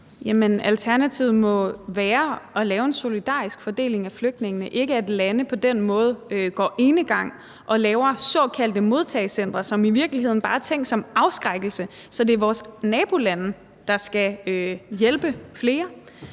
alternativet må være at lave en solidarisk fordeling af flygtningene, ikke at lande på den her måde går enegang og laver såkaldte modtagecentre, som i virkeligheden bare er tænkt som afskrækkelse, så det er vores nabolande, der skal hjælpe flere,